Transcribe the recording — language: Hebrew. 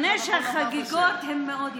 מקנא שהחגיגות הן מאוד יפות.